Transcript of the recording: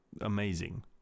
amazing